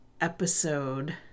episode